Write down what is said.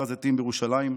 בהר הזיתים בירושלים.